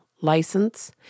license